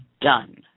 done